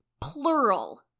plural